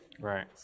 Right